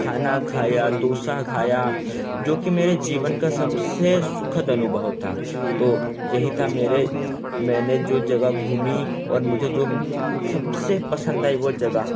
खाना खाया दोसा खाया जो कि मेरे जीवन का सबसे सुखद अनुभव था तो यही था मेरे मैंने जो जगह घूमीं और मुझे जो सबसे पसंद आई वो जगह